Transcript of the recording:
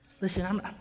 Listen